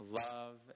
love